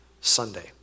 Sunday